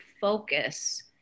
focus